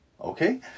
Okay